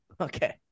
Okay